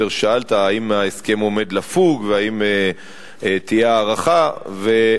ששאלת: האם ההסכם עומד לפוג והאם תהיה הארכה.